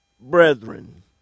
brethren